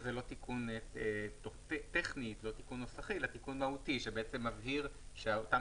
זה לא תיקון טכני ונוסחי אלא תיקון מהותי שמבהיר שאותם